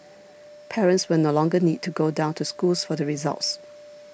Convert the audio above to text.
parents will no longer need to go down to schools for the results